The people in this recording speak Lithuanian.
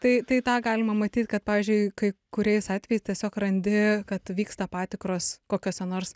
tai tai tą galima matyt kad pavyzdžiui kai kuriais atvejais tiesiog randi kad vyksta patikros kokiose nors